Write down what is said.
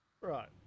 right